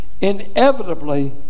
inevitably